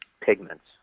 pigments